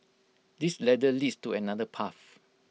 this ladder leads to another path